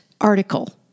article